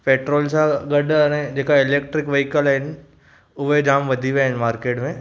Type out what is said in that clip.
petrol सां गॾु हाणे जेका इलैक्ट्रिक व्हिकल आहिनि उहे जाम वधी विया आहिनि मार्केट में